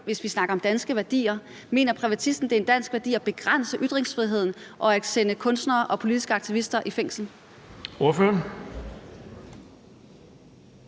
Hvis vi snakker om danske værdier, mener privatisten så, det er en dansk værdi at begrænse ytringsfriheden og at sende kunstnere og politiske aktivister i fængsel?